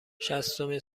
شصتمین